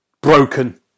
Broken